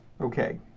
Okay